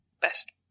best